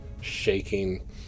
shaking